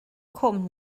cwm